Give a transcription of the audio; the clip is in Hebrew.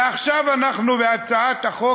ועכשיו אנחנו בהצעת החוק